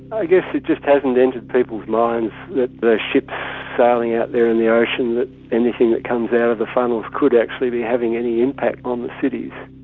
i guess it just hasn't entered people's minds that the ships sailing out there in the ocean, that anything that comes out of the funnels could actually be having any impact on the cities.